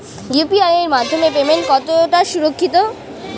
UPI এর মাধ্যমে payment কতটা সুরক্ষিত?